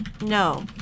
No